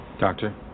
Doctor